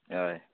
हय